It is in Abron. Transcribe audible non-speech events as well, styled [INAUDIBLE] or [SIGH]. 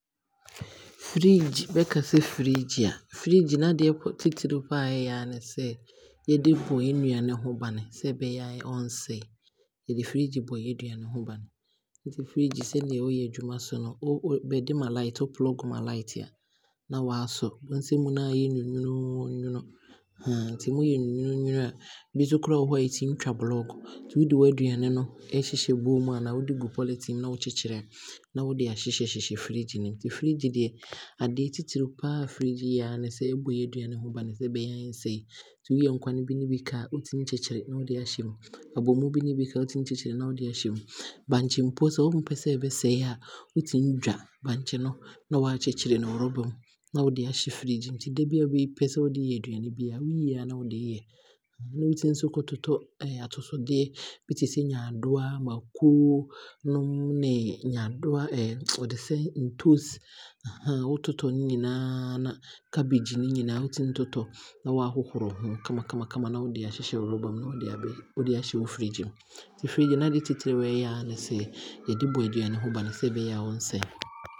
Fridge bɛkasɛ fridge a, fridge ntaadeɛ titire paa ɛyɛ aa ne sɛ; yɛde bɔ yɛn nnuane ho bane sɛ ɛbɛyɛ a ɔnsɛe. Yɛde fridge bɔ yɛn nnuane ho bane. Nti fridge sɛnea ɔyɛ adwuma nso no, bɛde ma light, wo plug ma light a, na waasɔ, wobɛhu sɛ ɛmu na aayɛ nwununwunuu nwunu [HESITATION] nti ɛmu yɛ nwununwunuu nwunu a, ɛbi nso koraa wɔ hɔ a, ɛtumi twa block nti wode waaduane no hyehyɛ bowl mu anaa wode gu polythene mu na wokyekyere a, na wode aahyehyɛ fridge no mu. Nti fridge deɛ, adeɛ titire paa fridge ɛyɛ aa ne sɛ ɛbɔ yɛn nnuane ho bane sedeɛ ɛbɛyɛ a ɔnsɛe. Nti woyɛ nkwane bi ne bi ka a, wotumi kyekyere na wode aahyɛ mu. Abɔmuu bi nso na ɛbi ka a, wotumi kyekyere na wode aahyɛ mu. Bankye mpo sɛ wompɛ sɛ bɛsɛe a, wotumi dwa bankye no na waakyekyere no rubber mu na wode aahyɛ fridge mu nti da biaa wopɛsɛ wode yɛ aduane biaa, woyii yɛ aa na wode reyɛ. Ne wotumi nso kɔtotɔ atosodeɛ bi tesɛ nyaadoa, mako nom ne nyaadoa ne [HESITATION] ɔde sɛn ntoosi [HESITATION] wototɔ ne nyinaa, ne cabbage no nyinaa wotumi totɔ na waahohoro ho kama kama na wode aahyehyɛ rubber mu na wode aahyɛ wo fridge mu. Nti fridge naadeɛ titire a ɛyɛ aa ne sɛ, yɛde bɔ aduane ho bane sɛ ɛbɛyɛ a ɔnsɛe. [HESITATION]